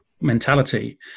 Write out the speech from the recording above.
mentality